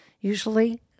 usually